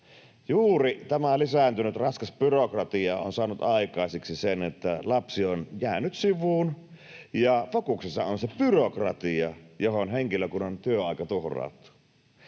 Juuri tämä lisääntynyt raskas byrokratia on saanut aikaiseksi sen, että lapsi on jäänyt sivuun ja fokuksessa on se byrokratia, johon henkilökunnan työaika tuhraantuu.